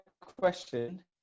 question